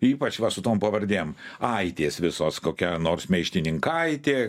ypač va su tom pavardėm aitės visos kokia nors meištininkaitė